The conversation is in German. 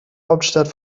hauptstadt